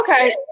Okay